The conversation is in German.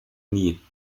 nie